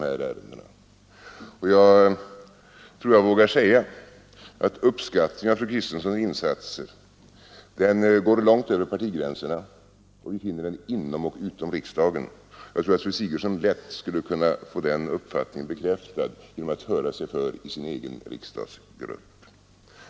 Jag tror också jag vågar säga att uppskattningen av fru Kristenssons insatser går långt över partigränserna. Vi finner den inom och utanför riksdagen. Jag tror att fru Sigurdsen lätt skulle kunna få den uppfattningen bekräftad genom att höra sig för i sin egen riksdagsgrupp.